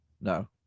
No